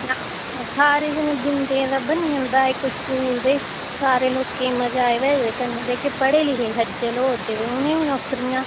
नां सारें जनें दिंदे ता बनी जंदा इक स्कूल ते सारें लोकें गी मजा ऐ ते कन्नै जेह्के पढ़े लिखे खज्जल होआ दे ते उ'नें ई बी नौकरियां